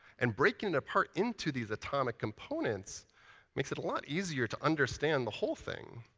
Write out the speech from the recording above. and breaking it apart into these atomic components makes it a lot easier to understand the whole thing.